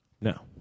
No